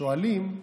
שואלים: